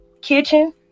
kitchen